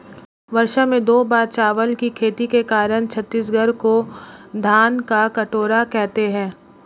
वर्ष में दो बार चावल की खेती के कारण छत्तीसगढ़ को धान का कटोरा कहते हैं